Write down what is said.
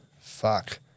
Fuck